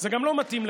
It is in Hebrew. וזה גם לא מתאים לך,